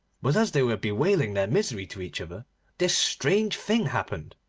but as they were bewailing their misery to each other this strange thing happened.